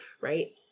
Right